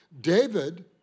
David